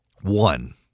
One